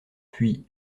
puis